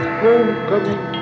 homecoming